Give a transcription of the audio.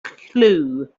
clue